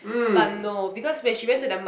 mm